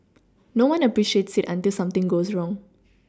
no one appreciates it until something goes wrong